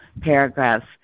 paragraphs